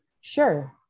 Sure